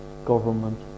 Government